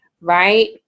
right